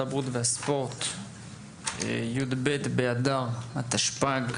התרבות והספורט - י"ב באדר התשפ"ג,